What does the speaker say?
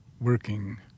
working